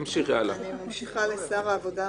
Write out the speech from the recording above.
אני ממשיכה לשר העבודה,